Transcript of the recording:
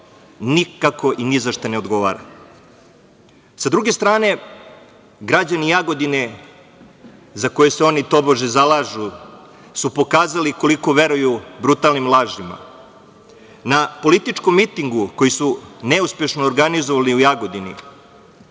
nikako i ni za šta ne odgovara. Sa druge strane, građani Jagodine, za koje se oni tobože zalažu, su pokazali koliko veruju brutalnim lažima. Na političkom mitingu, koji su neuspešno organizovali u Jagodini,